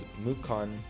Mukon